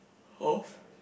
of